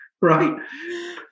right